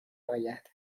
آید